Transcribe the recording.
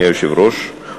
אדוני היושב-ראש,